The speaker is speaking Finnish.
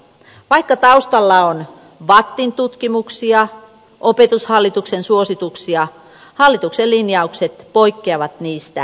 vaikka taustalla on vattin tutkimuksia opetushallituksen suosituksia hallituksen linjaukset poikkeavat niistä täydellisesti